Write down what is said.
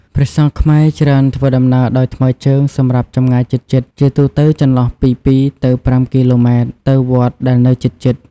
ព្រះសង្ឃខ្មែរច្រើនធ្វើដំណើរដោយ ថ្មើរជើង សម្រាប់ចម្ងាយជិតៗ ជាទូទៅចន្លោះពី ២ទៅ៥ គីឡូម៉ែត្រ ទៅវត្តដែលនៅជិតៗ។